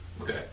okay